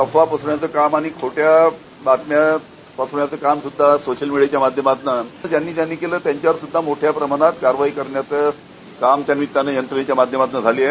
आफवा पसरवण्याचे काम आणि खोट्या बातम्या पसरवण्याचे काम सुद्धा सोशियल मिडियाच्या माध्यमातून ज्यांनी ज्यांनी केले त्यांच्यावर सुद्धा मोठ्या प्रमाणात कारवाई करण्याचं काम या निमित्ताने यंत्रनेच्या माध्यमातंन झाली आहे